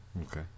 okay